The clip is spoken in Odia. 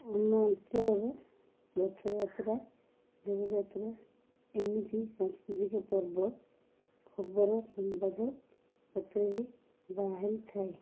ଆମ ଅଞ୍ଚଳର ରଥଯାତ୍ରା ଦୋଳଯାତ୍ରା ଏମିତି ସାଂସ୍କୃତିକ ପର୍ବ ଖବର ସମ୍ବାଦ ପତ୍ରରେ ବାହାରିଥାଏ